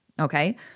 okay